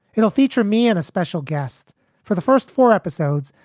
you know feature me and a special guest for the first four episodes.